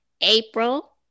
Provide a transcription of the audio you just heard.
April